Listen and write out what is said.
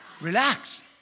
Relax